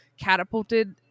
catapulted